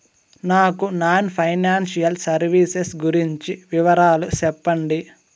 నాకు non financial services గురించి వివరాలు సెప్పండి?